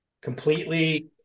completely